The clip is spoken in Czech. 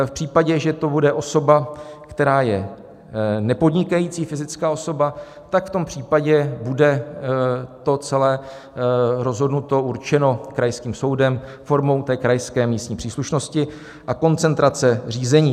V případě, že to bude osoba, která je nepodnikající fyzická osoba, tak to bude celé rozhodnuto, určeno krajským soudem formou krajské místní příslušnosti a koncentrace řízení.